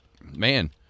Man